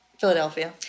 Philadelphia